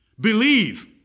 Believe